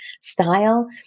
style